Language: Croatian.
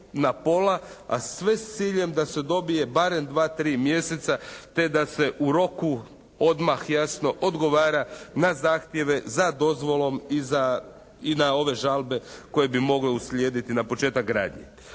na pola, a sve s ciljem da se dobije barem dva-tri mjeseca te da se u roku odmah jasno, odgovara na zahtjeve za dozvolom i na ove žalbe koje bi mogle uslijediti na početak gradnje.